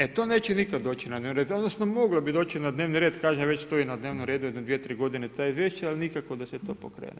E, to neće nikada doći na dnevni red odnosno moglo bi doći na dnevni red, kažem, već je to na dnevnom redu jedno dvije, tri godine to izvješće ali nikako da se to pokrene.